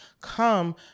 come